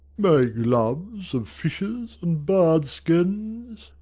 my gloves of fishes' and birds' skins,